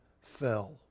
fell